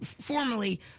formerly